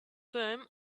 firm